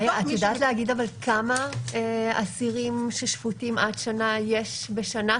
את יודעת להגיד כמה אסירים ששפוטים עד שנה יש בשנה?